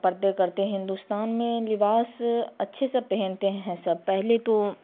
پردے کرتے ہیں ہندوستان میں لباس اچھے سے پہنتے ہیں سب پہلے تو